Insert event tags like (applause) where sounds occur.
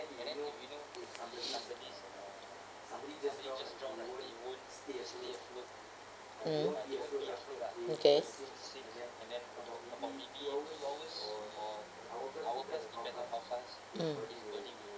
(breath) mm okay mm